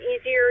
easier